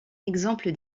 exemple